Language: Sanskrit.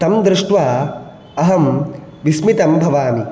तं दृष्ट्वा अहं विस्मितं भवामि